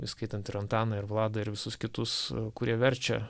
įskaitant ir antaną ir vladą ir visus kitus kurie verčia